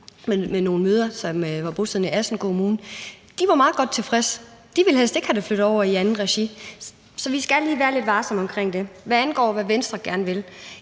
med nogle mødre, som var bosiddende i Assens Kommune, som var meget godt tilfredse; de ville helst ikke have det flyttet over i et andet regi. Så vi skal lige være lidt varsomme omkring det. Hvad angår, hvad Venstre gerne vil,